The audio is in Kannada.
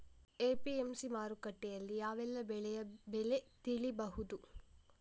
ಎ.ಪಿ.ಎಂ.ಸಿ ಮಾರುಕಟ್ಟೆಯಲ್ಲಿ ಯಾವೆಲ್ಲಾ ಬೆಳೆಯ ಬೆಲೆ ತಿಳಿಬಹುದು?